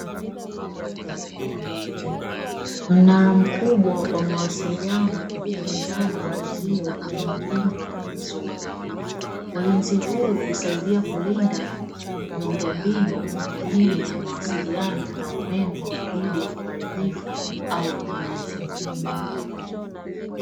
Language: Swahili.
Mnara mkubwa wa mawasiliano upo ndani ya uzio uliolindwa vizuri. Ulinzi huu husaidia kulinda miundo mbinu muhimu ya mawasiliano na umeme dhidi ya uharibifu au wizi.